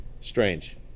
strange